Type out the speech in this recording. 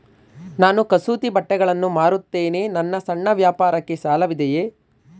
ನಾನು ಕಸೂತಿ ಬಟ್ಟೆಗಳನ್ನು ಮಾರುತ್ತೇನೆ ನನ್ನ ಸಣ್ಣ ವ್ಯಾಪಾರಕ್ಕೆ ಸಾಲವಿದೆಯೇ?